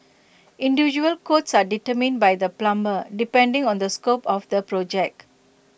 individual quotes are determined by the plumber depending on the scope of the project